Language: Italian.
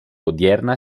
odierna